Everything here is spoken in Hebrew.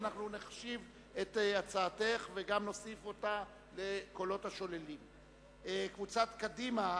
אנחנו עוברים להצביע על ההסתייגות השנייה בקבוצת הסתייגויות זו.